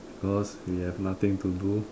cause we have nothing to do